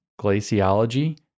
glaciology